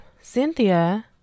Cynthia